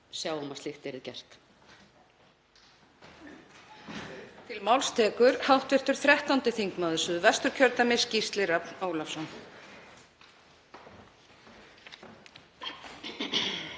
sjá um að slíkt yrði gert.